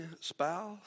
spouse